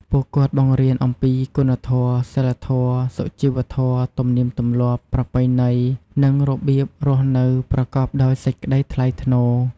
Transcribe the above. ពួកគាត់បង្រៀនអំពី គុណធម៌ សីលធម៌ សុជីវធម៌ ទំនៀមទម្លាប់ ប្រពៃណី និងរបៀបរស់នៅប្រកបដោយសេចក្តីថ្លៃថ្នូរ។